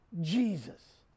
Jesus